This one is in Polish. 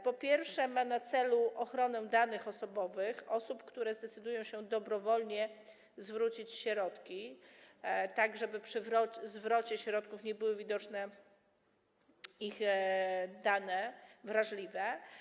Po pierwsze, ma na celu ochronę danych osobowych osób, które zdecydują się dobrowolnie zwrócić środki, żeby przy zwrocie środków nie były widoczne ich dane wrażliwe.